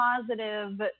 positive